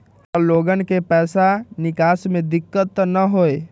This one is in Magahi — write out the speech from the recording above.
हमार लोगन के पैसा निकास में दिक्कत त न होई?